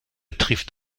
trifft